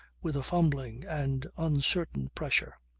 with a fumbling and uncertain pressure.